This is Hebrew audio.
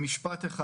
במשפט אחד.